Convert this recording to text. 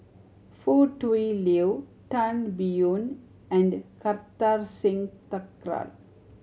Foo Tui Liew Tan Biyun and Kartar Singh Thakral